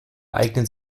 eignet